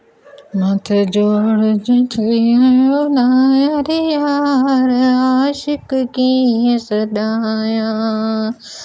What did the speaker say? मां त जोहण जो चईं आयो ना आहियां रे यार आशिकु कीअं सॾायां